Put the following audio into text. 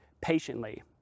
patiently